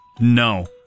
No